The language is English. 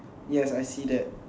yes I see that